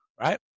right